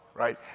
right